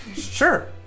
sure